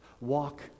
Walk